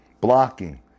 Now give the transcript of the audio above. Blocking